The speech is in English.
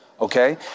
Okay